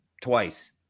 twice